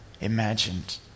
imagined